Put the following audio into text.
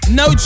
no